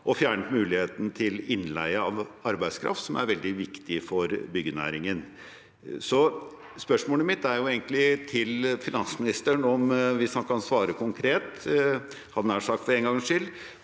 og fjernet muligheten til innleie av arbeidskraft, som er veldig viktig for byggenæringen. Spørsmålet mitt til finansministeren, hvis han – jeg hadde